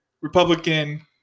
Republican